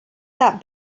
that